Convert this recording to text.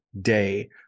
day